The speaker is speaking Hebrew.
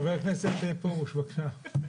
חבר הכנסת מאיר פרוש, בבקשה.